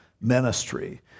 ministry